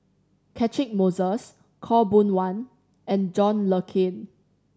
Catchick Moses Khaw Boon Wan and John Le Cain